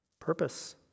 purpose